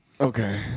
Okay